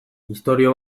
istorio